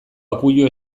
akuilu